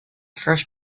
first